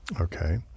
Okay